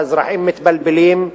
האזרחים מתבלבלים.